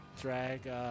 drag